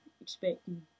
expecting